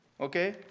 Okay